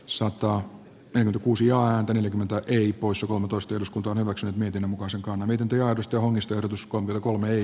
soitto tai uusijaa neljäkymmentä eri poissa kolmetoista eduskunta on hyväksynyt niiden mukaan se on miten työ osto onnistunut uskonto kolmeen